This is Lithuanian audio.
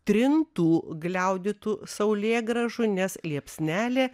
trintų gliaudytų saulėgrąžų nes liepsnelė